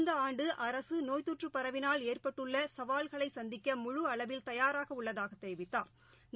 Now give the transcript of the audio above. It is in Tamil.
இந்தஆண்டுஅரசுநோய் தொற்றுபரவினால் ஏற்பட்டுள்ளசாவல்களைசந்திக்க முழு அளவில் தயாராகஉள்ளதாகத் தெரிவித்தாா்